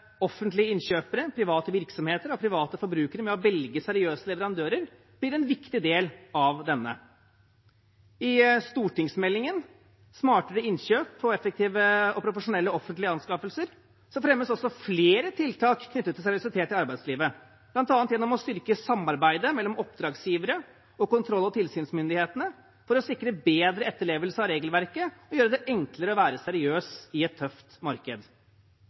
offentlige innkjøpere, private virksomheter og private forbrukere med å velge seriøse leverandører blir en viktig del av denne. I stortingsmeldingen «Smartere innkjøp – effektive og profesjonelle offentlige anskaffelser» fremmes også flere tiltak knyttet til seriøsitet i arbeidslivet, bl.a. gjennom å styrke samarbeidet mellom oppdragsgivere og kontroll- og tilsynsmyndighetene for å sikre bedre etterlevelse av regelverket og gjøre det enklere å være seriøs i et tøft marked.